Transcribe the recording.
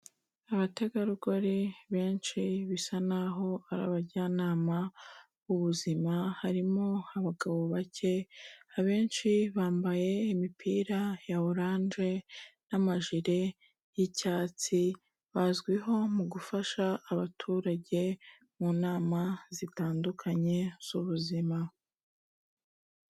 Abategarugori benshi bisa n'aho ari abajyanama b'ubuzima harimo abagabo bake, abenshi bambaye imipira ya oranje n'amajire y'icyatsi, bazwiho mu gufasha abaturage mu nama zitandukanye z'ubuzima.